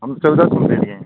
हम चौदह सौ में देंगे